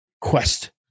quest